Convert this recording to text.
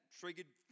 triggered